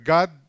God